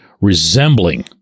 resembling